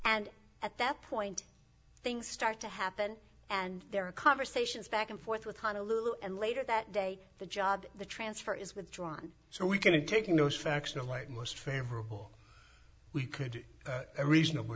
and at that point things start to happen and there are conversations back and forth with honolulu and later that day the job the transfer is withdrawn so we can taking those facts in a light most favorable we could reasonable